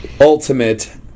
ultimate